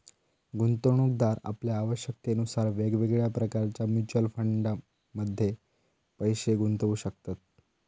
गुंतवणूकदार आपल्या आवश्यकतेनुसार वेगवेगळ्या प्रकारच्या म्युच्युअल फंडमध्ये पैशे गुंतवू शकतत